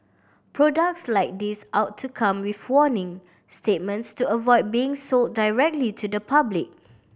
products like these ought to come with warning statements to avoid being sold directly to the public